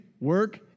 work